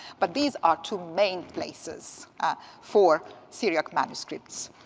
but these are two main places for syriac manuscripts.